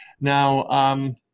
Now